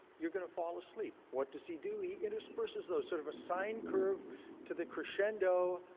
you're going to fall asleep. what does he do? he intersperses those sort of assigned curve to the crescendo,